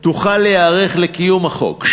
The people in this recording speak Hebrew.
תוכל להיערך לקיום החוק.